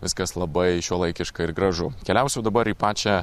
viskas labai šiuolaikiška ir gražu keliausiu dabar į pačią